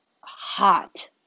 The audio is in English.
hot